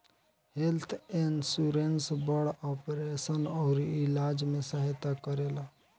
health insurance बड़ operation अउरी इलाज में सहायता करेला